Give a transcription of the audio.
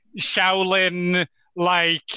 Shaolin-like